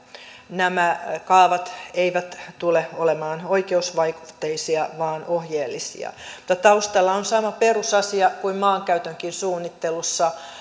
nämä kaavat eivät tule olemaan oikeusvaikutteisia vaan ohjeellisia mutta taustalla on sama perusasia kuin maankäytönkin suunnittelussa